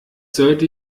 sollte